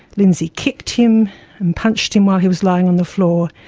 lindsay kicked him and punched him while he was lying on the floor,